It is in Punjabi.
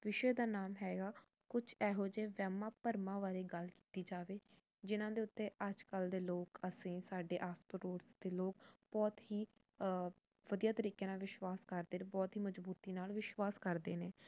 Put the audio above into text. ਵਿਸ਼ੇ ਦਾ ਨਾਮ ਹੈਗਾ ਕੁਝ ਇਹੋ ਜਿਹੇ ਵਹਿਮਾਂ ਭਰਮਾਂ ਬਾਰੇ ਗੱਲ ਕੀਤੀ ਜਾਵੇ ਜਿਹਨਾਂ ਦੇ ਉੱਤੇ ਅੱਜ ਕੱਲ੍ਹ ਦੇ ਲੋਕ ਅਸੀਂ ਸਾਡੇ ਆਸ ਪੜੋਸ ਦੇ ਲੋਕ ਬਹੁਤ ਹੀ ਵਧੀਆ ਤਰੀਕੇ ਨਾਲ ਵਿਸ਼ਵਾਸ ਕਰਦੇ ਨੇ ਬਹੁਤ ਹੀ ਮਜਬੂਤੀ ਨਾਲ ਵਿਸ਼ਵਾਸ ਕਰਦੇ ਨੇ